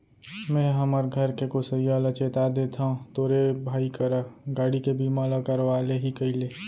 मेंहा हमर घर के गोसइया ल चेता देथव तोरे भाई करा गाड़ी के बीमा ल करवा ले ही कइले